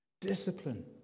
Discipline